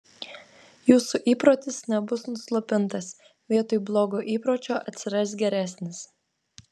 jūsų įprotis nebus nuslopintas vietoj blogo įpročio atsiras geresnis